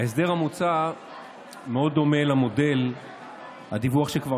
ההסדר המוצע מאוד דומה למודל הדיווח שכבר